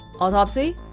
autopsy